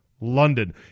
London